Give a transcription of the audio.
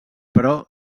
però